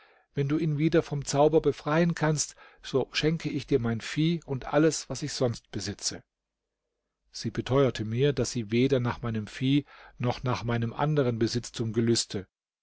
wenn du ihn wieder vom zauber befreien kannst so schenke ich dir mein vieh und alles was ich sonst besitze sie beteuerte mir daß sie weder nach meinem vieh noch nach meinem anderen besitztum gelüste